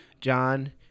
John